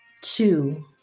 two